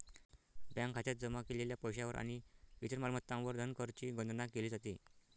bank खात्यात जमा केलेल्या पैशावर आणि इतर मालमत्तांवर धनकरची गणना केली जाते